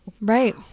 right